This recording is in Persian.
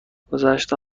گذشت